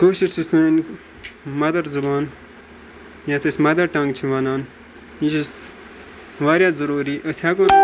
کٲشِرۍ چھِ سٲنۍ مَدَر زَبان یَتھ أسۍ مَدَر ٹَنٛگ چھِ وَنان یہِ چھِ واریاہ ضروٗری أسۍ ہیٚکو